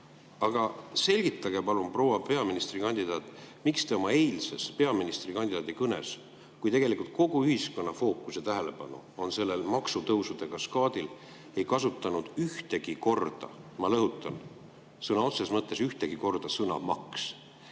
Aga selgitage palun, proua peaministrikandidaat, miks te oma eilses peaministrikandidaadi kõnes, kui tegelikult kogu ühiskonna fookus ja tähelepanu on [praegu] sellel maksutõusude kaskaadil, ei kasutanud ühtegi korda – ma rõhutan, sõna otseses mõttes ühtegi korda – sõna "maks".